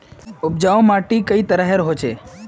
उपजाऊ माटी कई तरहेर होचए?